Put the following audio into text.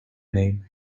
name